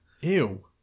Ew